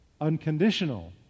Unconditional